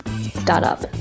startup